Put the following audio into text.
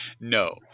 No